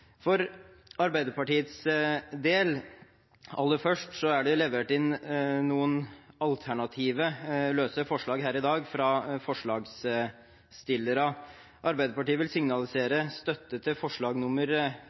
For Arbeiderpartiets del – aller først: Det er levert inn noen alternative, løse forslag her i dag fra forslagsstillerne. Arbeiderpartiet vil